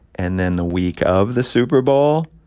and then the week of the super bowl,